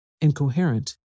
Incoherent